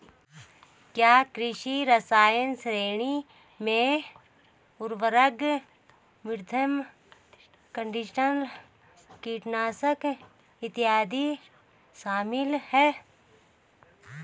क्या कृषि रसायन श्रेणियों में उर्वरक, मृदा कंडीशनर, कीटनाशक इत्यादि शामिल हैं?